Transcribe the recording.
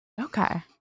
Okay